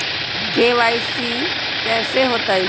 KYC कैसे होतई?